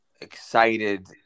excited